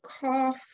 cough